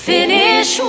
finish